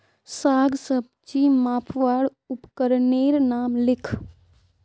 साग सब्जी मपवार उपकरनेर नाम लिख?